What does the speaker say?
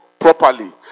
Properly